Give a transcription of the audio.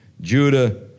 Judah